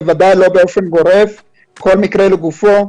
בוודאי לא באופן גורף אלא כל מקרה לגופו.